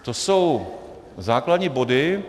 To jsou základní body...